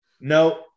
No